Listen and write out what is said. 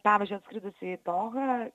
pavyzdžiui atskridusi į togą